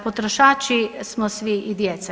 Potrošači smo svi i djeca.